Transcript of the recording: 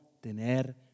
tener